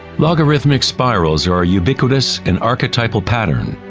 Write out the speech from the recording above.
logarithmic spirals are a ubiquitous and archetypal pattern.